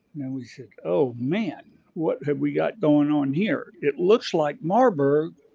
and we said, oh man what have we got going on here? it looks like marburg